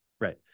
Right